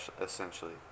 essentially